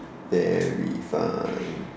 very fun